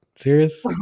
serious